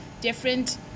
different